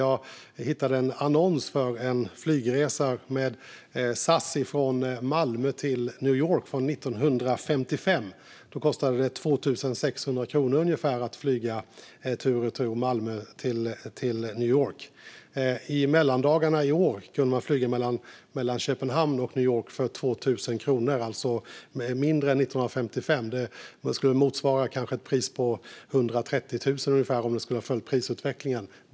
Jag hittade en annons för en flygresa med SAS från Malmö till New York från 1955. Då kostade det ungefär 2 600 kronor att flyga tur och retur Malmö-New York. I mellandagarna i år kunde man flyga mellan Köpenhamn och New York för 2 000 kronor, alltså mindre än 1955. Om priset hade följt prisutvecklingen skulle det motsvara ett pris på ungefär 130 000.